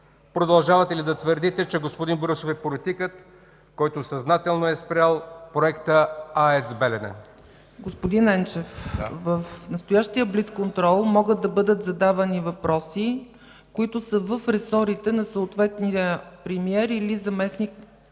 продължавате ли да твърдите, че господин Борисов е политикът, който съзнателно е спрял Проекта АЕЦ „Белене”? ПРЕДСЕДАТЕЛ ЦЕЦКА ЦАЧЕВА: Господин Енчев, в настоящия блицконтрол могат да бъдат задавани въпроси, които са в ресорите на съответния премиер или заместник